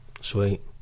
Sweet